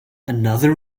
another